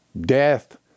death